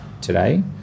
today